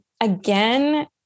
again